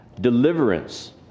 deliverance